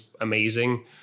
amazing